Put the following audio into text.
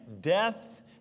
death